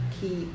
keep